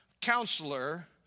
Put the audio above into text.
Counselor